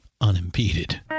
unimpeded